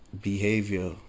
Behavior